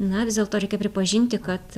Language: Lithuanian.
na vis dėlto reikia pripažinti kad